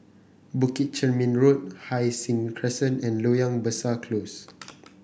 Bukit Chermin Road Hai Sing Crescent and Loyang Besar Close